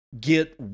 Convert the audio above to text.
get